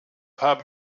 haben